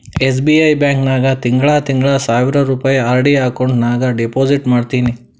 SBI bank ನಾಗ್ ತಿಂಗಳಾ ತಿಂಗಳಾ ಸಾವಿರ್ ರುಪಾಯಿ ಆರ್.ಡಿ ಅಕೌಂಟ್ ನಾಗ್ ಡೆಪೋಸಿಟ್ ಮಾಡ್ತೀನಿ